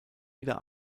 wieder